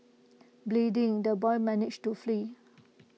bleeding the boy managed to flee